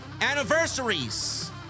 Anniversaries